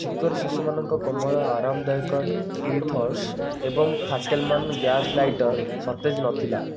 ଚିକ୍କୋର ଶିଶୁମାନଙ୍କ କୋମଳ ଆରାମଦାୟକ ଟିଥର୍ସ୍ ଏବଂ ଫାକେଲମାନ ଗ୍ୟାସ ଲାଇଟର୍ ସତେଜ ନଥିଲା